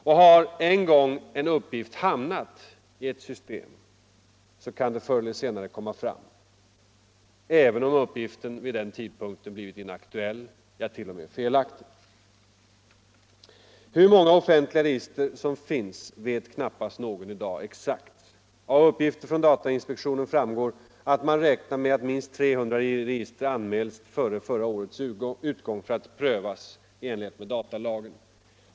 Och har en gång en uppgift hamnat i ett system så kan den förr eller senare komma fram, även om uppgiften vid den tidpunkten blivit inaktuell, ja, t.o.m. felaktig. Hur många offentliga register som finns vet knappast någon i dag exakt. Av uppgifter från datainspektionen framgår att man räknar med att minst 300 register anmälts före förra årets utgång för att prövas i enlighet med datalagen.